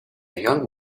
young